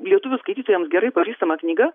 lietuvių skaitytojams gerai pažįstama knyga